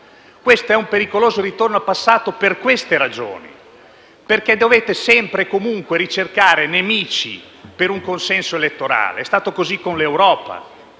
È un pericoloso ritorno al passato per queste ragioni: perché dovete sempre e comunque ricercare nemici per un consenso elettorale. È stato così con l'Europa,